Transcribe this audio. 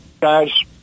guys